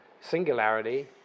singularity